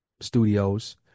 studios